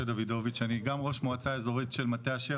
אני גם ראש מועצה אזורית של מטה אשר